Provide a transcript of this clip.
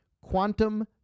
quantum